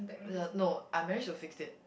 no I manage to fix it